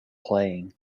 playing